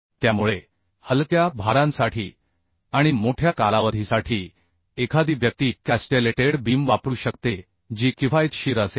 त्यामुळे हलक्या भारांसाठी आणि मोठ्या कालावधीसाठी एखादी व्यक्ती कॅस्टेलेटेड बीम वापरू शकते जी किफायतशीर असेल